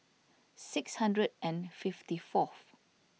six hundred and fifty fourth